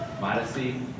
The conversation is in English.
modesty